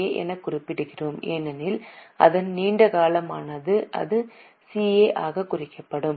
ஏ எனக் குறிப்பிடுவோம் ஏனெனில் அதன் நீண்ட காலமானது இது CA ஆக குறிக்கப்படும்